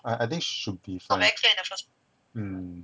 I I think should be fine mm